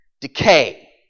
decay